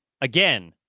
again